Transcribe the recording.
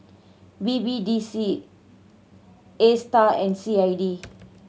B B D C Astar and C I D